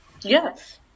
Yes